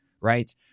right